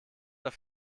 auf